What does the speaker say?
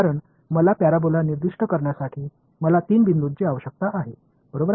ஏனெனில் ஒரு பரபோலா தனித்துவமாகக் குறிப்பிட எனக்கு மூன்று புள்ளிகள் தேவை